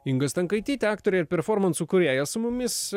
inga stankaitytė aktorė ir performansų kūrėja su mumis